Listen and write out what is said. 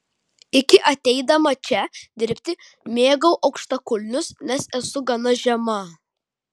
iki ateidama čia dirbti mėgau aukštakulnius nes esu gana žema